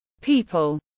People